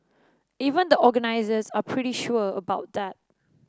even the organisers are pretty sure about that